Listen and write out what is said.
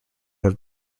have